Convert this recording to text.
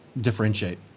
differentiate